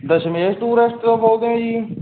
Dashmesh tourist ਤੋਂ ਬੋਲਦੇ ਹੋ ਜੀ